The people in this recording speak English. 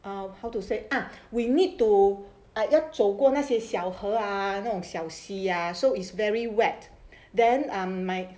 how to say ah we need to like 要走过那些小河 ah 那种小 sea ya so is very wet then um my